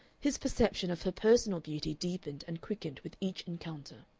his perception of her personal beauty deepened and quickened with each encounter.